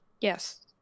Yes